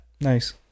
Nice